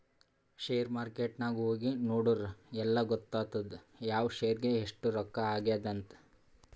share market ನಾಗ್ ಹೋಗಿ ನೋಡುರ್ ಎಲ್ಲಾ ಗೊತ್ತಾತ್ತುದ್ ಯಾವ್ ಶೇರ್ಗ್ ಎಸ್ಟ್ ರೊಕ್ಕಾ ಆಗ್ಯಾದ್ ಅಂತ್